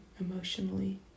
emotionally